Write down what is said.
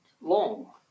long